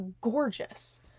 gorgeous